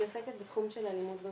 היא עוסקת בתחום של אלימות במשפחה.